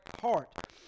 heart